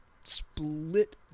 split